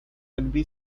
rugby